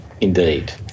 Indeed